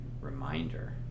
reminder